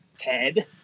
Ted